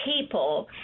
people